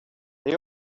they